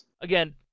again